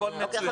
הכול מצוין,